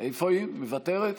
איפה היא, מוותרת?